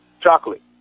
chocolate